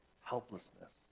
helplessness